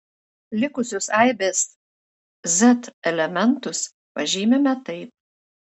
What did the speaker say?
likusius aibės z elementus pažymime taip